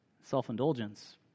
self-indulgence